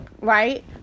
right